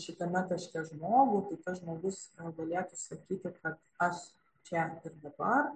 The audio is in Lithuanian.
šitame taške žmogų tai tas žmogus gal galėtų sakyti kad aš čia ir dabar